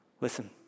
listen